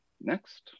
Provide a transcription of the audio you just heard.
Next